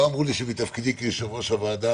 לא אמרו לי שמתפקידי כיושב-ראש הוועדה